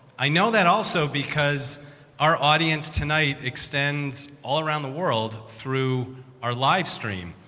i know that also because our audience tonight extends all around the world through our live stream.